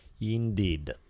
Indeed